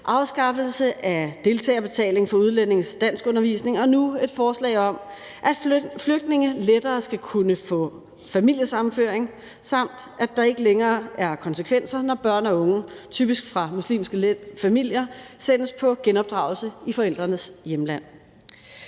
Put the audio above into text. afskaffelse af deltagerbetaling for udlændinges danskundervisning. Og nu er der et forslag om, at flygtninge lettere skal kunne få familiesammenføring, samt at der ikke længere er konsekvenser, når børn og unge, typisk fra muslimske familier, sendes på genopdragelse i forældrenes hjemland.